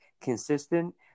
consistent